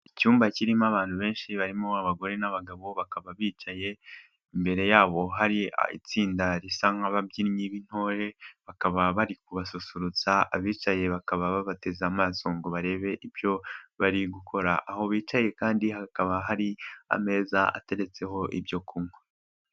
Icyumba kirimo abantu benshi barimo abagore n'abagabo, bakaba bicaye imbere yabo hari itsinda risa nk'ababyinnyi b'intore, bakaba bari kubasusurutsa, abicaye bakaba babateze amaso ngo barebe ibyo bari gukora, aho bicaye kandi hakaba hari ameza ateretseho ibyo kunywa.